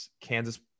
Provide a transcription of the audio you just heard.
Kansas